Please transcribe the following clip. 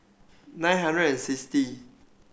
nine hundred and sixty